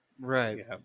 Right